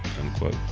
unquote